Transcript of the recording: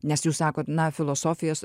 nes jūs sakot na filosofijos